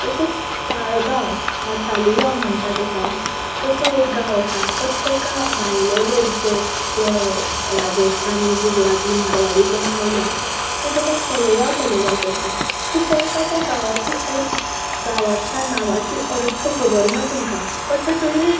तशेंच ताळगांव वा तालिगांव म्हणटा तेका तसो एक गांव आसा बट तेका भायले लोक जे कोण राजस्थानी गुजराती मारवाडी कोण आयल्या ते तेका तलेगांव तलेगांव करता सो तेंका आंतां गांवांची अर्थ गांवाच्या नांवांचे अर्थ खबर ना तेंका बट ते तरी